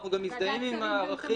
אנחנו גם מזדהים עם הערכים.